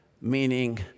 meaning